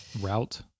route